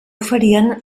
oferien